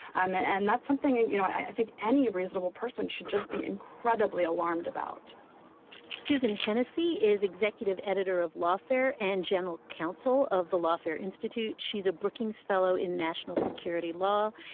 um and and that's something, you know, i think any reasonable person should just be incredibly alarmed about susan hennessey is executive editor of lawfare and general counsel of the lawfare institute. she's a brookings fellow in national security law.